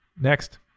next